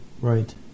Right